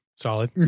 solid